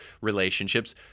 relationships